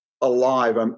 alive